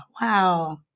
wow